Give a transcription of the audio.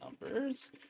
numbers